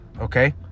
okay